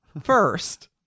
First